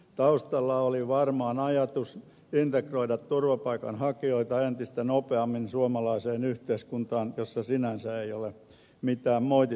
taustalla oli varmaan ajatus integroida turvapaikanhakijoita entistä nopeammin suomalaiseen yhteiskuntaan missä sinänsä ei ole mitään moitittavaa